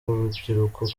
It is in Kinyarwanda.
rubyiruko